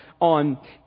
on